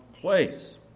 place